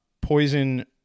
Poison